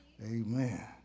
Amen